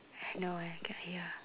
no I cannot hear